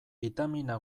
bitamina